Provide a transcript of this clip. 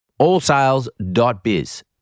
Allsales.biz